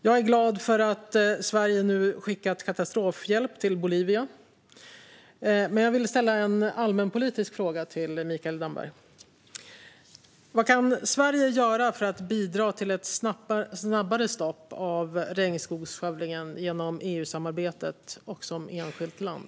Jag är glad för att Sverige nu har skickat katastrofhjälp till Bolivia, men jag vill ställa en allmänpolitisk fråga till Mikael Damberg. Vad kan Sverige göra för att bidra till ett snabbare stopp av regnskogsskövlingen genom EU-samarbetet och som enskilt land?